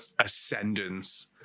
ascendance